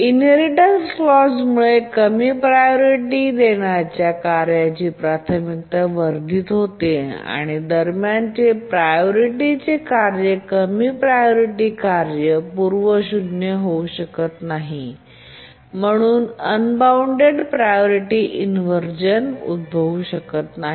इनहेरिटेन्सच्या clause मुळे कमी priority देण्याच्या कार्याची प्राथमिकता वर्धित होते आणि दरम्यानचे प्रायोरिटी कार्य कमी प्रायोरिटी कार्य पूर्व शून्य होऊ शकत नाही आणि म्हणून अनबॉऊण्डेड प्रायोरिटी इन्व्हरझेन उद्भवू शकत नाही